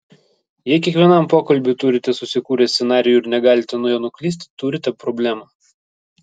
jei kiekvienam pokalbiui turite susikūrę scenarijų ir negalite nuo jo nuklysti turite problemą